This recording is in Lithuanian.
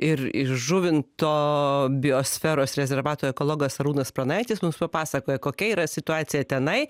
ir iš žuvinto biosferos rezervato ekologas arūnas pranaitis mums pasakoja kokia yra situacija tenai